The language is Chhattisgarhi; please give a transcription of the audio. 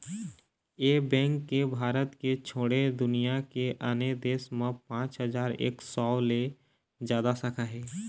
ए बेंक के भारत के छोड़े दुनिया के आने देश म पाँच हजार एक सौ ले जादा शाखा हे